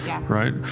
right